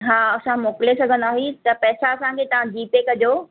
हां असां मोकिले सघंदा हीउ त पैसा असांखे तव्हां जीपे कजो